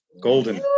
Golden